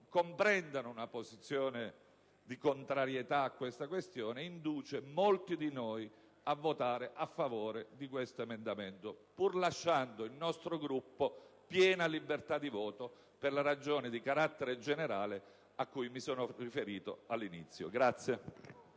comprendano la posizione di contrarietà a tale questione induce molti di noi a votare a favore, pur lasciando il nostro Gruppo piena libertà di voto, per le ragioni di carattere generale cui mi sono riferito all'inizio del